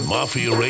Mafia